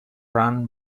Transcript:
run